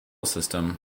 system